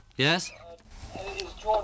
Yes